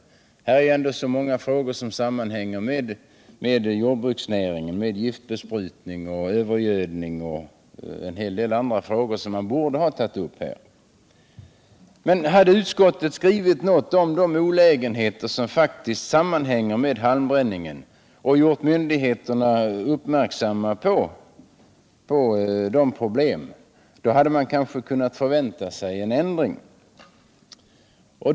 Man borde ha tagit upp en hel del miljöfrågor som sammanhänger med jordbruksnäringen, såsom giftbesprutning, övergödning m.m. Om utskottet hade skrivit någonting om de olägenheter som faktiskt sammanhänger med halmbränningen och gjort myndigheterna uppmärksamma på dessa problem, hade man kanske kunnat förvänta sig en ändring.